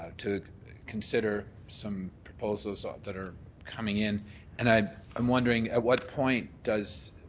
to consider some proposals ah that are coming in and i'm i'm wondering at what point does